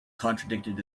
contradicted